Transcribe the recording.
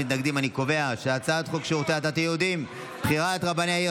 להעביר את הצעת חוק שירותי הדת היהודיים (בחירת רבני עיר,